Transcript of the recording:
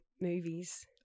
movies